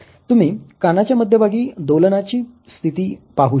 तुम्ही कानाच्या मध्यभागी दोलनाची स्थिती पाहू शकता